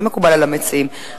ומקובל על המציעים.